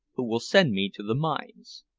who will send me to the mines.